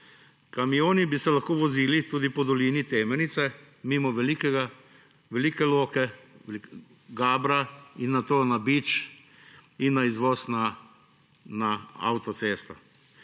Kamioni bi se lahko vozili tudi po dolini Temenice mimo Velike Loke, Gabra in nato na Bič in na izvoz na avtocesto,